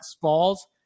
falls